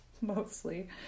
mostly